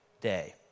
day